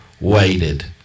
waited